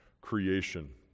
creation